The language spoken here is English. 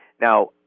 Now